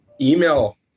Email